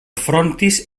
frontis